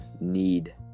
need